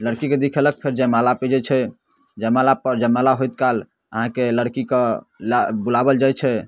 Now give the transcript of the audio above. लड़कीके दिखेलक फेर जयमाला पहिरै छै जयमालापर जयमाला होइत काल अहाँके लड़कीके लऽ बुलाबल जाइ छै